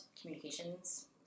communications